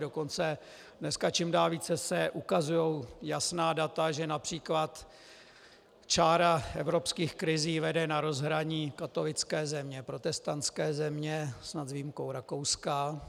Dokonce dneska čím dál více se ukazují jasná data, že například čára evropských krizí vede na rozhraní katolické země protestantské země, snad s výjimkou Rakouska.